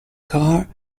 car